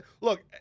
Look